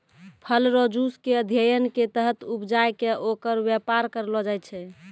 फल रो जुस के अध्ययन के तहत उपजाय कै ओकर वेपार करलो जाय छै